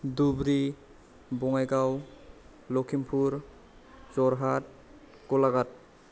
Dhubri Bongaigaon Lakhimpur Jorhat Golaghat